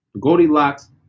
Goldilocks